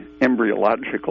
embryological